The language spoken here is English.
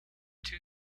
two